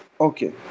Okay